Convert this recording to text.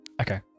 okay